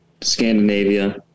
scandinavia